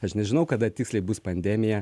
aš nežinau kada tiksliai bus pandemija